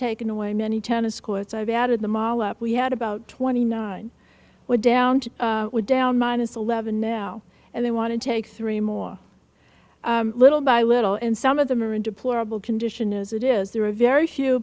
taken away many tennis courts i've added the mala we had about twenty nine we're down to down minus eleven now and they want to take three more little by little and some of them are in deplorable condition as it is there are very few